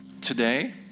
Today